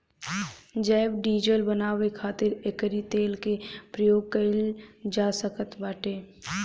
जैव डीजल बानवे खातिर एकरी तेल के प्रयोग कइल जा सकत बाटे